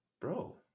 Bro